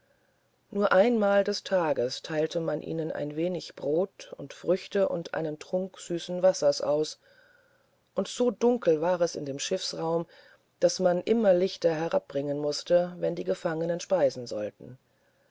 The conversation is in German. nur einmal des tages teilte man ihnen ein wenig brot und früchte und einen trunk süßen wassers aus und so dunkel war es in dem schiffsraum daß man immer lichter herabbringen mußte wenn die gefangenen speisen sollten